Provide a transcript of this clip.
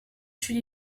suis